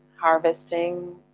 harvesting